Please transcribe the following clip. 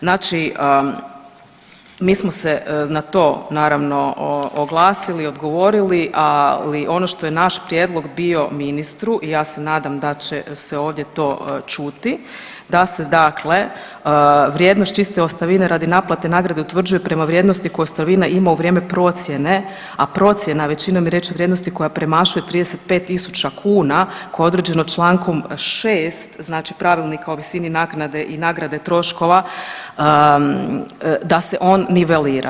Znači mi smo na to naravno, oglasili, odgovorili, ali ono što je naš prijedlog bio ministru, ja se nadam da će se ovdje to čuti, da se dakle vrijednost čiste ostavine radi naplate nagrade utvrđuje prema vrijednosti koju ostavina ima u vrijeme procjene, a procjena, većinom je riječ o vrijednosti koja premašuje 35 tisuća kuna, koja je određena čl. 6 znači Pravilnika o visini naknade i nagrade troškova, da se on nivelira.